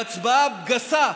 בהצבעה גסה,